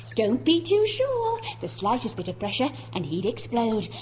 so be too sure! the slightest bit of pressure and he'd explode!